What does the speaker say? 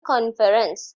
conference